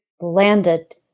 landed